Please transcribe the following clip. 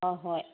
ꯑꯥ ꯍꯣꯏ